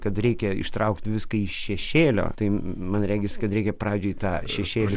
kad reikia ištraukt viską iš šešėlio tai man regis kad reikia pradžiai tą šešėlį